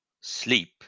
sleep